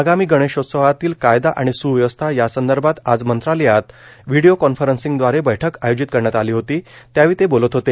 आगामी गणेशोत्सवातील कायदा आणि स्व्यवस्था यासंदर्भात आज मंत्रालयात व्हिडिओ कॉन्फरन्सिंग दवारे बैठक आयोजित करण्यात आली होती त्यावेळी ते बोलत होते